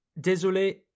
Désolé